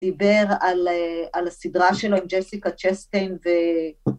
דיבר על הסדרה שלו עם ג'סיקה ג'סטיין ו...